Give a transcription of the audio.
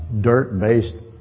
dirt-based